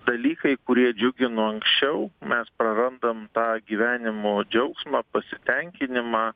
dalykai kurie džiugino anksčiau mes prarandam tą gyvenimo džiaugsmą pasitenkinimą